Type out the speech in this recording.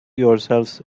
yourselves